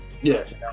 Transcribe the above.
Yes